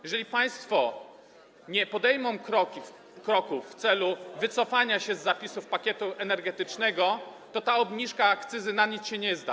Jeżeli państwo nie podejmą kroków w celu wycofania się z zapisów pakietu energetycznego, to ta obniżka akcyzy na nic się nie zda.